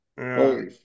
holy